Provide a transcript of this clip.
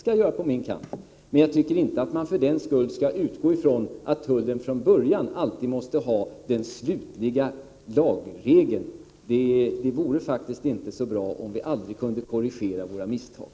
Men för den skull tycker jag inte att man skall utgå från att tullen från början alltid måste ha den slutliga lagregeln. Det vore faktiskt inte så bra om vi aldrig kunde korrigera våra misstag.